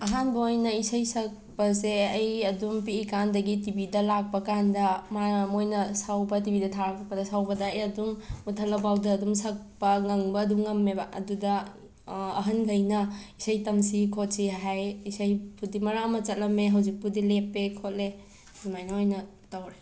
ꯑꯍꯥꯟꯕ ꯑꯣꯏꯅ ꯏꯁꯩ ꯁꯛꯄꯁꯦ ꯑꯩ ꯑꯗꯨꯝ ꯄꯤꯛꯂꯤꯀꯥꯟꯗꯒꯤ ꯇꯤ ꯕꯤꯗ ꯂꯥꯛꯄ ꯀꯥꯟꯗ ꯃꯥꯅ ꯃꯣꯏꯅ ꯁꯥꯎꯕ ꯇꯤ ꯕꯤꯗ ꯊꯥꯔꯛꯄꯗ ꯁꯥꯎꯕꯗ ꯑꯩ ꯑꯗꯨꯝ ꯃꯨꯊꯠꯂꯐꯥꯎꯗ ꯑꯗꯨꯝ ꯁꯛꯄ ꯉꯪꯕ ꯑꯗꯨꯝ ꯉꯝꯃꯦꯕ ꯑꯗꯨꯗ ꯑꯍꯟꯈꯩꯅ ꯏꯁꯩ ꯇꯝꯁꯤ ꯈꯣꯠꯁꯤ ꯍꯥꯏ ꯏꯁꯩꯕꯨꯗꯤ ꯃꯔꯛ ꯑꯃ ꯆꯠꯂꯝꯃꯦ ꯍꯧꯖꯤꯛꯄꯨꯗꯤ ꯂꯦꯞꯄꯦ ꯈꯣꯠꯂꯦ ꯑꯗꯨꯃꯥꯏꯅ ꯑꯣꯏꯅ ꯇꯧꯔꯦ